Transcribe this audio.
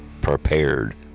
prepared